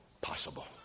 possible